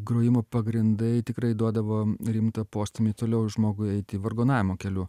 grojimo pagrindai tikrai duodavo rimtą postūmį toliau žmogui eiti vargonavimo keliu